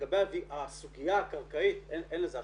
לגבי הסוגיה הקרקעית אין לזה השפעה.